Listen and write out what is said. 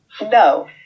No